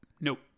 nope